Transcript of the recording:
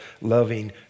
loving